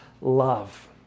love